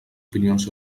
opinions